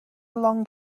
long